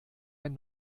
ein